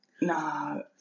No